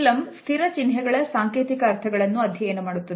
Emblem ಸ್ಥಿರ ಚಿಹ್ನೆಗಳ ಸಾಂಕೇತಿಕ ಅರ್ಥಗಳನ್ನು ಅಧ್ಯಯನ ಮಾಡುತ್ತದೆ